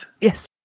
Yes